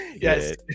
Yes